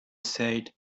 said